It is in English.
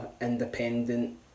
independent